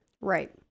Right